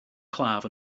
claf